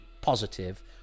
positive